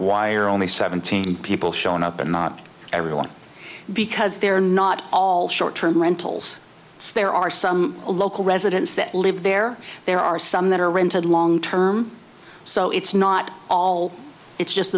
why are only seventeen people shown up and not everyone because they're not all short term rentals there are some local residents that live there there are some that are rented long term so it's not all it's just